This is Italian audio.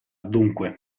dunque